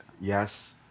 Yes